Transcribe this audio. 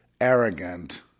arrogant